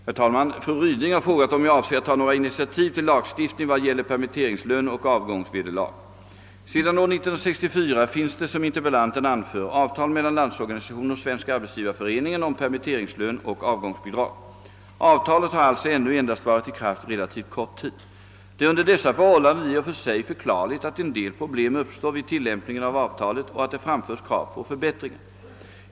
Herr talman! Fru Ryding har frågat om jag avser att ta några initiativ till lagstiftning vad det gäller permitteringslön och avgångsvederlag. Sedan år 1964 finns det som interpellanten anför avtal mellan Landsorganisationen och Svenska arbetsgivareföreningen om permitteringslön och avgångsbidrag. Avtalet har alltså ännu endast varit i kraft relativt kort tid. Det är under dessa förhållanden i och för sig förklarligt att en del problem uppstår vid tillämpningen av avtalet och att det framförs krav på förbättringar.